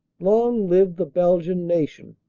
long live the belgian nation!